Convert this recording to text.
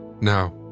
Now